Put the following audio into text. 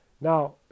Now